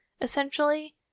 essentially